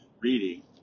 reading